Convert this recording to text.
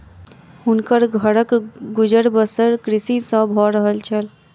हुनकर घरक गुजर बसर कृषि सॅ भअ रहल छल